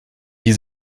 die